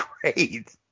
great